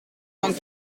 vingt